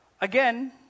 again